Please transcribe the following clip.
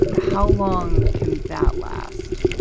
how long can that last?